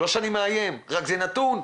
לא שאני מאיים, רק זה נתון,